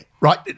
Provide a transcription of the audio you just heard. right